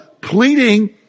pleading